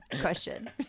question